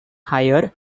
higher